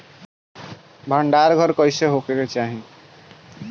भंडार घर कईसे होखे के चाही?